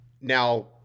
now